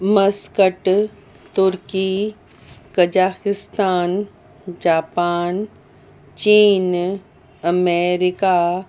Muscat तुर्की Kazakhstan Japan चीन America